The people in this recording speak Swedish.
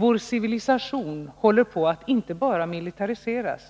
Vår civilisation håller på att inte bara militariseras